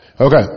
Okay